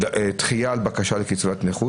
דחייה על בקשה לקצבת נכות,